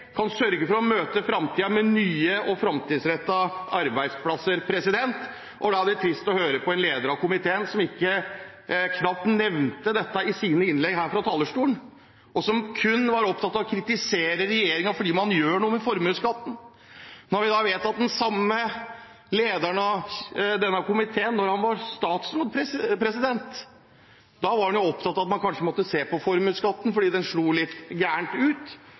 kan møte framtiden med nye og framtidsrettede arbeidsplasser. Da er det trist å høre at lederen av komiteen knapt nevnte dette i sitt innlegg fra talerstolen og kun var opptatt av å kritisere regjeringen fordi man gjør noe med formuesskatten, særlig når vi vet at lederen av denne komiteen som statsråd var opptatt av at man kanskje måtte se på formuesskatten, fordi den slo litt galt ut.